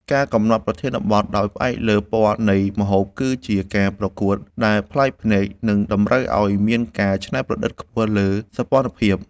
ការកំណត់ប្រធានបទដោយផ្អែកលើ ពណ៌នៃម្ហូប គឺជាការប្រកួតដែលប្លែកភ្នែក និងតម្រូវឱ្យមានការច្នៃប្រឌិតខ្ពស់លើសោភ័ណភាព។